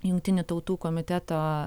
jungtinių tautų komiteto